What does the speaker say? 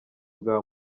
bwa